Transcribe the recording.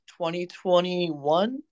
2021